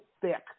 thick